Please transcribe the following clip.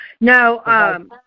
No